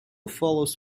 follows